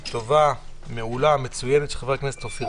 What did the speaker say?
טובה, מעולה, מצוינת, של חבר הכנסת אופיר